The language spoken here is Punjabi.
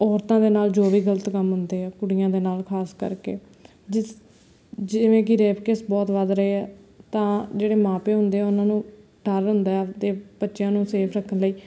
ਔਰਤਾਂ ਦੇ ਨਾਲ ਜੋ ਵੀ ਗਲਤ ਕੰਮ ਹੁੰਦੇ ਆ ਕੁੜੀਆਂ ਦੇ ਨਾਲ ਖਾਸ ਕਰਕੇ ਜਿਸ ਜਿਵੇਂ ਕਿ ਰੇਪ ਕੇਸ ਬਹੁਤ ਵੱਧ ਰਹੇ ਆ ਤਾਂ ਜਿਹੜੇ ਮਾਂ ਪਿਓ ਹੁੰਦੇ ਆ ਉਹਨਾਂ ਨੂੰ ਡਰ ਹੁੰਦਾ ਆਪਦੇ ਬੱਚਿਆਂ ਨੂੰ ਸੇਫ ਰੱਖਣ ਲਈ